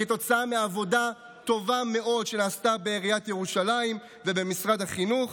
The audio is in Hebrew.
כתוצאה מעבודה טובה מאוד שנעשתה בעיריית ירושלים ובמשרד החינוך,